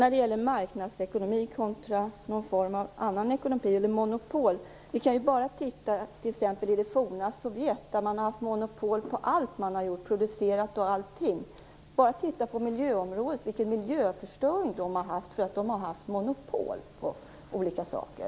När det gäller marknadsekonomi kontra monopol kan man exempelvis se på det forna Sovjet, där man har haft monopol på allt man har producerat. Man kan se bara på den miljöförstöring som man där har haft därför att man har haft monopol på olika saker.